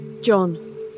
John